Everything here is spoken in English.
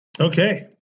Okay